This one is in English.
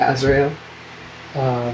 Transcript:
Azrael